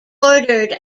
bordered